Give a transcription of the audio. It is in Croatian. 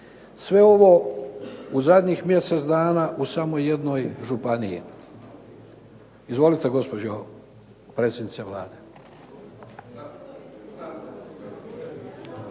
Sve ovo u zadnjih mjesec dana u samo jednoj županiji. Izvolite gospođo predsjednice Vlade.